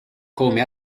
come